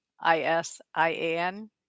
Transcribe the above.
I-S-I-A-N